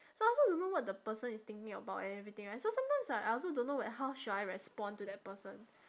so I also don't know what the person is thinking about and everything right so sometimes I I also don't know like how should I respond to that person